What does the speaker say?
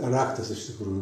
raktas iš tikrųjų